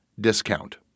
discount